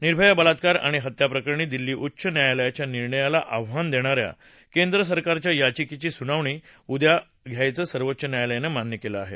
निर्भया बलात्कार आणि हत्या प्रकरणी दिल्ली उच्च न्यायालयाच्या निर्णयाला आव्हान देणाऱ्या केंद्रसरकारच्या याचिकेची सुनावणी उद्या घ्यायचं सर्वोच्च न्यायालयानं मान्य केलं आहे